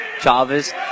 Chavez